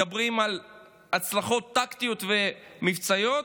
מדברים על הצלחות טקטיות ומבצעיות,